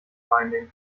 binding